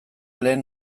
lehen